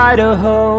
Idaho